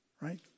right